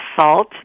salt